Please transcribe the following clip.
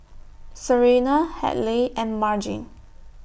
Serena Hadley and Margene